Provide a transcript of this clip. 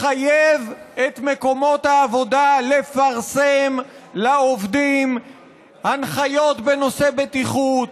לחייב את מקומות העבודה לפרסם לעובדים הנחיות בנושא בטיחות,